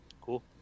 Cool